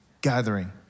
Gathering